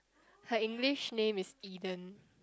her English name is Eden